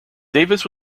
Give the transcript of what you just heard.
davis